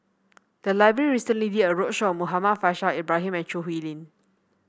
the library recently did a roadshow on Muhammad Faishal Ibrahim and Choo Hwee Lim